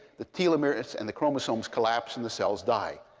the telomeres and the chromosomes collapse. and the cells die.